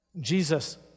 Jesus